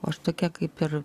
o aš tokia kaip ir